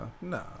nah